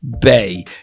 Bay